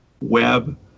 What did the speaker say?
web